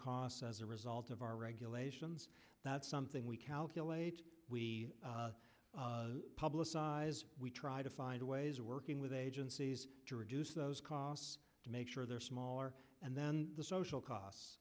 costs as a result of our regulations that's something we calculate we publicize we try to find ways of working with agencies to reduce those costs to make sure they're smaller and then the social costs